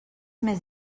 més